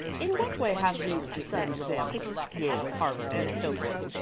in what way have these sons of amherst, yale, harvard, and so forth,